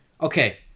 Okay